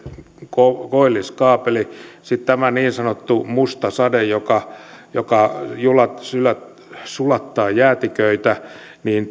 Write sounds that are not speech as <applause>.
koilliskaapeli sitten kun on tämä niin sanottu musta sade joka joka sulattaa jäätiköitä niin <unintelligible>